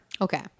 okay